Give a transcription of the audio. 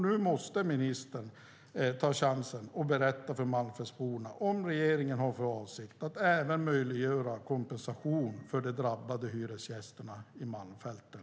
Nu måste ministern ta chansen att berätta för malmfältsborna om regeringen har för avsikt att även möjliggöra kompensation för de drabbade hyresgästerna i Malmfälten.